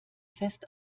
fest